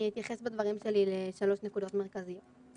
אני אתייחס בדברים שלי לשלוש נקודות מרכזיות.